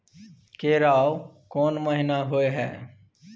केराव कोन महीना होय हय?